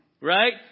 Right